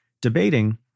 debating